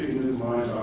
it is my